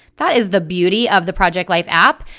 that is the beauty of the project life app,